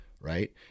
right